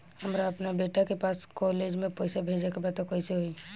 हमरा अपना बेटा के पास कॉलेज में पइसा बेजे के बा त कइसे होई?